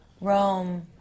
Rome